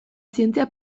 zientzia